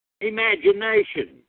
imagination